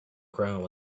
ground